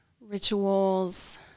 rituals